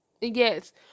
Yes